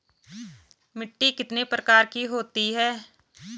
मिट्टी कितने प्रकार की होती है?